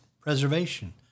preservation